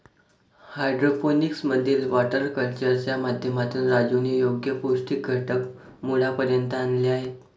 hydroponics मधील water कल्चरच्या माध्यमातून राजूने योग्य पौष्टिक घटक मुळापर्यंत आणले आहेत